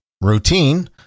routine